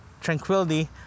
tranquility